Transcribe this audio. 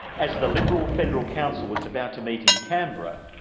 as the liberal federal council was about to meet in canberra,